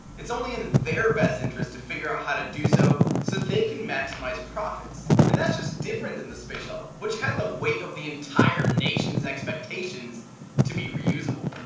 it's only in their best interest to figure out how to do so so they can maximize profits. and that's just different than the space shuttle which had the weight of the entire nation's expectations to be reusable.